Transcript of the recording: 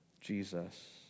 Jesus